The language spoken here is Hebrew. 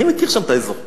אני מכיר את האזור שם.